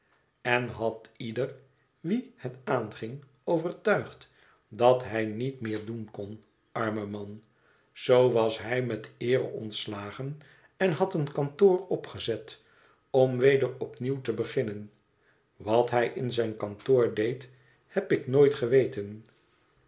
en had ieder wien het aanging overtuigd dat hij niet meer doen kon arme man zoo was hij met eere ontslagen en had een kantoor opgezet om weder opnieuw té beginnen wat hij in zijn kantoor deed heb ik nooit geweten